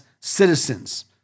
citizens